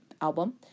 album